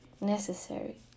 necessary